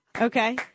Okay